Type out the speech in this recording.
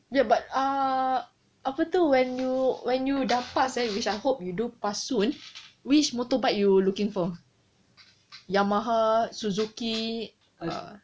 ya but ah apa tu when you when you dah pass eh which I hope you do pass soon which motorbike you looking for yamaha suzuki